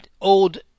old